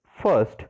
First